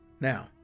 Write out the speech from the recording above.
Now